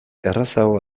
errazago